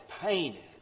painted